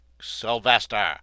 Sylvester